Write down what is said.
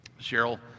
Cheryl